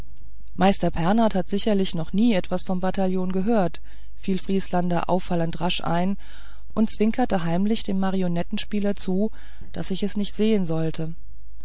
meister pernath hat sicherlich noch nie etwas vom bataillon gehört fiel vrieslander auffallend rasch ein und zwinkerte heimlich dem marionettenspieler zu daß ich es nicht sehen sollte